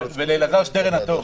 ול"אלעזר שטרן הטוב".